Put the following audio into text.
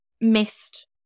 missed